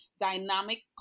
dynamic